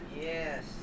Yes